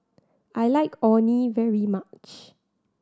I like Orh Nee very much